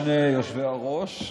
שני יושבי-הראש,